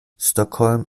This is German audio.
stockholm